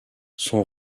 son